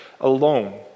alone